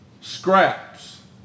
scraps